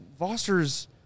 Voster's